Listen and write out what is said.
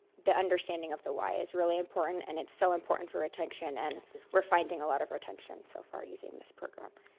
the understanding of the why is really important, and it's so important for retention, and we're finding a lot of retention so far using this program.